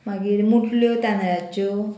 मागीर मुटल्यो तांदळाच्यो